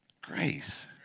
grace